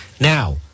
Now